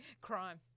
crime